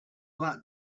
that